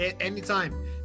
Anytime